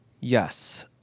Yes